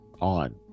on